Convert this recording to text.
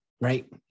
Right